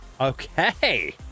Okay